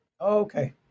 okay